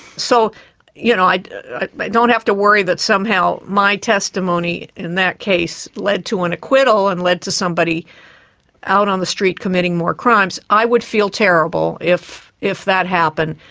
so you know i but don't have to worry that somehow my testimony in that case led to an acquittal and lead to somebody out on the street committing more crimes. i would feel terrible if if that happened.